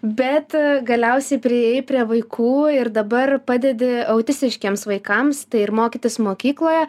bet galiausiai priėjai prie vaikų ir dabar padedi autistiškiems vaikams tai ir mokytis mokykloje